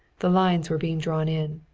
the lines were being drawn in.